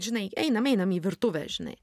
žinai einam einam į virtuvę žinai